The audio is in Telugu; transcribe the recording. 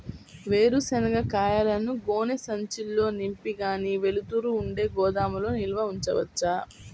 వేరుశనగ కాయలను గోనె సంచుల్లో నింపి గాలి, వెలుతురు ఉండే గోదాముల్లో నిల్వ ఉంచవచ్చా?